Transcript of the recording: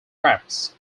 crafts